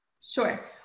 Sure